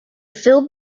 filled